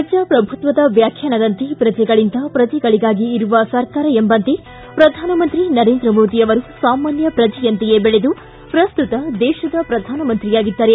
ಪ್ರಜಾಪ್ರಭುತ್ವದ ವ್ಯಾಖ್ಯಾನದಂತೆ ಪ್ರಜೆಗಳಿಂದ ಪ್ರಜೆಗಳಿಗಾಗಿ ಇರುವ ಸರ್ಕಾರ ಎಂಬಂತೆ ಪ್ರಧಾನಮಂತ್ರಿ ನರೇಂದ್ರ ಮೋದಿ ಅವರು ಸಾಮಾನ್ಯ ಪ್ರಜೆಯಂತೆಯೇ ಬೆಳೆದು ಪ್ರಸ್ತುತ ದೇಶದ ಪ್ರಧಾನ ಮಂತ್ರಿಯಾಗಿದ್ದಾರೆ